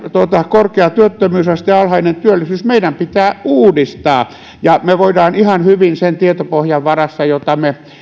korkea työttömyysaste ja alhainen työllisyys meidän pitää uudistaa ja me voimme ihan hyvin sen tietopohjan varassa todella lähteä uudistamaan jota me